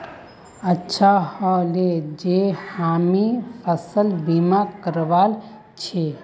अच्छा ह ले जे हामी फसल बीमा करवाल छि